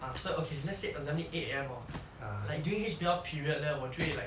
ah 所以 okay let's say assembly eight A_M hor like during H_B_L period leh 我就会 like